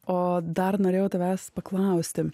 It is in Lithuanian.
o dar norėjau tavęs paklausti